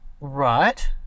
Right